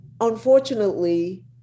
Unfortunately